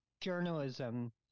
journalism